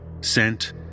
Sent